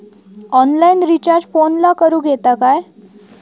Online recharge फोनला करूक येता काय?